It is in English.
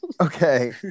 Okay